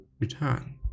return